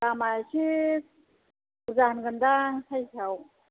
दामा एसे बुरजा होनगोनदां साइसाव